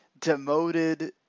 demoted